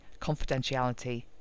confidentiality